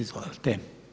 Izvolite.